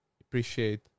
appreciate